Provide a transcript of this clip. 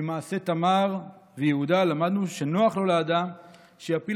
ממעשה תמר ויהודה למדנו שנוח לו לאדם שיפיל